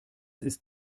ist